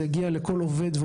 זה יגיע לכל עובד.